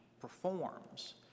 performs